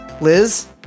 Liz